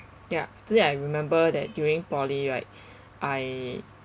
ya after that I remember that during poly right I